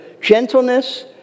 gentleness